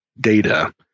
data